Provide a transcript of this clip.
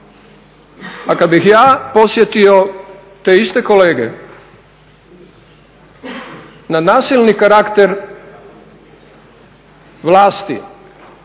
kad bih ja podsjetio te iste kolege na nasilni karakter vlasti